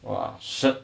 !wah! shit